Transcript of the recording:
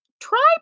try